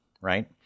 right